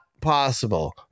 possible